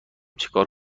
چکار